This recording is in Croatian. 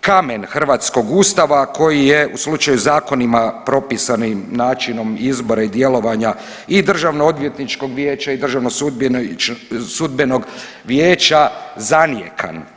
kamen hrvatskog ustava koji je u slučaju zakonima propisanim načinom izbora i djelovanja i DOV-a i DSV-a zanijekan.